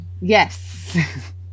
Yes